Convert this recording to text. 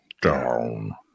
down